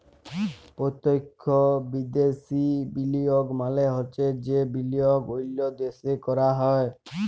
পত্যক্ষ বিদ্যাশি বিলিয়গ মালে হছে যে বিলিয়গ অল্য দ্যাশে ক্যরা হ্যয়